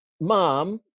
mom